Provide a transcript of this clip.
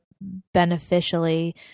beneficially